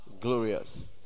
glorious